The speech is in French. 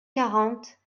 quarante